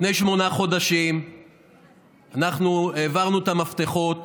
לפני שמונה חודשים אנחנו העברנו את המפתחות